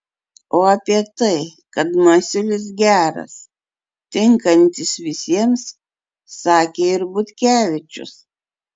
o apie tai kad masiulis geras tinkantis visiems sakė ir butkevičius